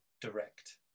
direct